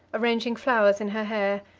arranging flowers in her hair,